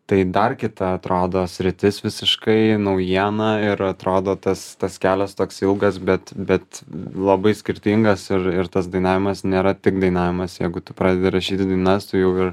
tai dar kita atrodo sritis visiškai naujiena ir atrodo tas tas kelias toks ilgas bet bet labai skirtingas ir ir tas dainavimas nėra tik dainavimas jeigu tu pradedi rašyti dainas tu jau ir